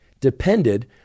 depended